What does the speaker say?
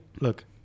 look